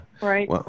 Right